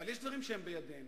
אבל יש דברים שהם בידינו.